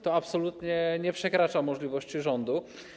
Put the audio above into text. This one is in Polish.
To absolutnie nie przekracza możliwości rządu.